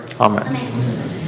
Amen